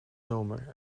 zomer